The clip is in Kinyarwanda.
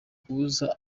kubuza